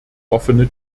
offene